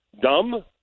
dumb